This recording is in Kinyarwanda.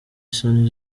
isoni